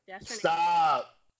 Stop